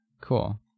Cool